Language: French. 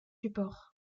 supports